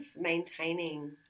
maintaining